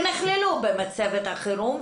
שנכללו במצבת החירום,